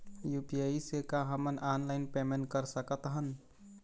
UPI से का हमन ऑनलाइन पेमेंट कर सकत हन?